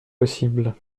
possibles